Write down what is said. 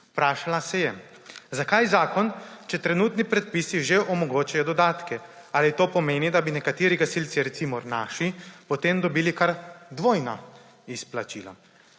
Vprašala se je, zakaj zakon, če trenutni predpisi že omogočajo dodatke. Ali to pomeni, da bi nekateri gasilci, recimo, naši, potem dobili kar dvojna izplačila?